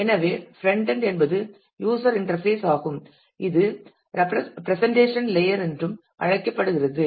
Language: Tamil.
எனவே பிரண்ட் எண்ட் என்பது யூஸர் இன்டர்பேஸ் ஆகும் இது பிரசன்ட்டேஸன் லேயர் என்றும் அழைக்கப்படுகிறது